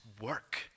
work